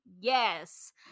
Yes